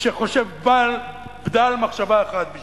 שחושב בדל מחשבה אחת בשבילו.